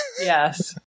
Yes